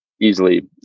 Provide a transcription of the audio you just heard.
easily